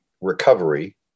recovery